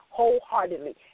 wholeheartedly